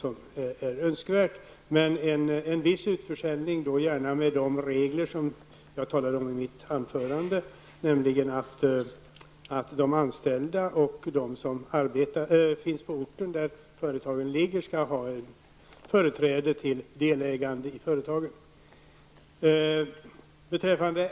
Men det kan vara en viss utförsäljning med de regler som jag nämnde i mitt anförande, nämligen att de anställda och de som finns på orten där företagen ligger skall ha företräde till delägande av företagen.